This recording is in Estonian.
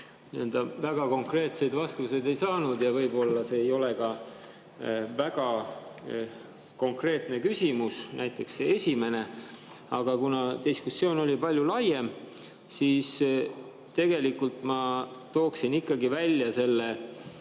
ma väga konkreetseid vastuseid ei saanud. Võib-olla need ei olnud ka väga konkreetsed küsimused, näiteks see esimene. Aga kuna diskussioon oli palju laiem, siis tegelikult ma tooksin välja ka